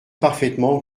parfaitement